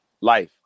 Life